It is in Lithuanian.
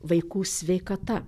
vaikų sveikata